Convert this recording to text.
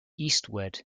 eastward